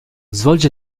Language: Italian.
svolge